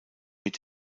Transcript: mit